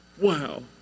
Wow